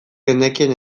genekien